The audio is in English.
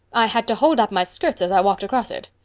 i had to hold up my skirts as i walked across it.